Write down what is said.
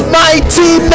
mighty